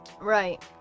right